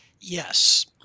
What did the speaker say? Yes